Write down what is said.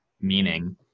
meaning